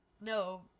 No